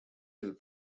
del